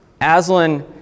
Aslan